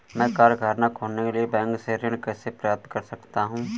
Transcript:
मैं कारखाना खोलने के लिए बैंक से ऋण कैसे प्राप्त कर सकता हूँ?